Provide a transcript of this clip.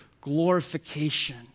glorification